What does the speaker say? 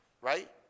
right